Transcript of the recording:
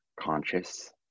conscious